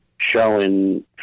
showing